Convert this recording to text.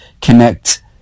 connect